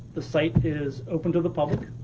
the site is open to the public.